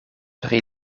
pri